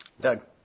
Doug